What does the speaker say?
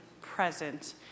present